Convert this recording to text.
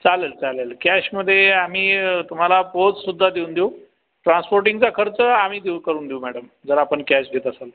चालेल चालेल कॅशमध्ये आम्ही तुम्हाला पोचसुद्धा देऊन देऊ ट्रान्सपोर्टिंगचा खर्च आम्ही देऊ करून देऊ मॅडम जर आपण कॅश देत असाल तर